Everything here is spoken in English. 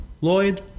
Lloyd